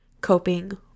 coping